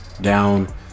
down